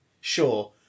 sure